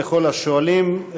ולכל השואלים.